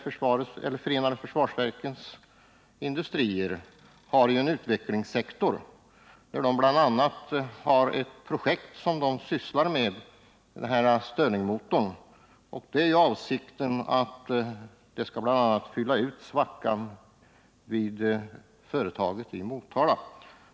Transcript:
Förenade fabriksverkens industrier har en utvecklingssektor där man bl.a. sysslar med ett projekt kring Sterlingmotorn. Det är avsikten att det skall fylla ut svackan på företaget i Motala.